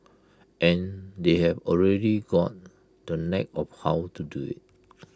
and they've already got the knack of how to do IT